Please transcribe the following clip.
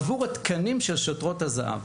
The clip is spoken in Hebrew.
עבור התקנים של שוטרות הזהב.